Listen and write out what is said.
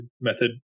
method